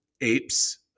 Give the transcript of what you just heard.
apes